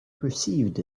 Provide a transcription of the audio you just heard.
perceived